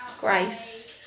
grace